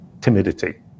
timidity